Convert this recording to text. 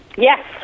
Yes